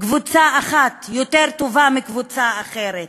קבוצה אחת יותר טובה מקבוצה אחרת,